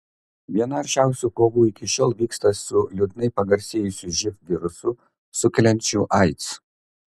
viena aršiausių kovų iki šiol vyksta su liūdnai pagarsėjusiu živ virusu sukeliančiu aids